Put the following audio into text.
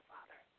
Father